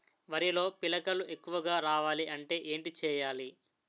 వరిలో పిలకలు ఎక్కువుగా రావాలి అంటే ఏంటి చేయాలి?